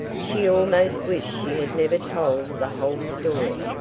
she almost wished she had never told the whole story,